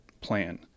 plan